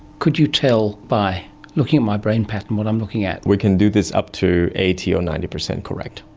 could you tell by looking at my brain pattern what i'm looking at? we can do this up to eighty percent or ninety percent correct,